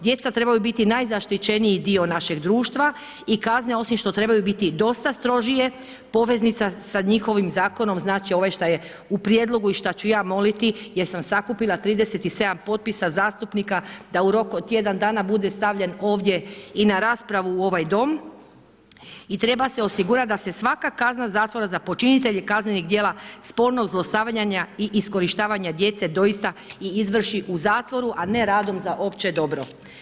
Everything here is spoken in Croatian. Djeca trebaju biti najzaštićeniji dio našeg društva i kazne osim što trebaju biti dosta strožije poveznica sa njihovim zakonom, znači ovaj šta je u prijedlogu i šta ću ja moliti jer sam sakupila 37 potpisa zastupnika da u roku od tjedan dana bude stavljen ovdje i na raspravu u ovaj Dom i treba se osigurati da se svaka kazna zatvora za počinitelje kaznenih djela spolnog zlostavljanja i iskorištavanja djece doista i izvrši u zatvoru a ne radom za opće dobro.